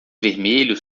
vermelho